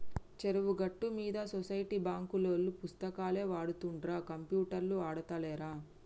చెరువు గట్టు మీద సొసైటీ బాంకులోల్లు పుస్తకాలే వాడుతుండ్ర కంప్యూటర్లు ఆడుతాలేరా